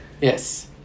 Yes